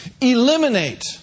Eliminate